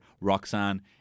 Roxanne